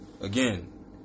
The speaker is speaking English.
again